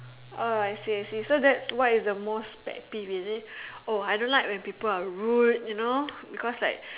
orh I see I see so that's what is the most pet peeves is it oh I don't like when people are rude you know cause like